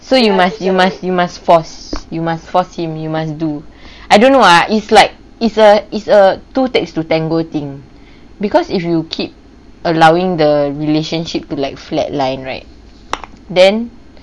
so you must you must you must force you must force him you must do I don't know ah it's like it's a it's a two thanks to tango thing because if you keep allowing the relationship to like flat line right then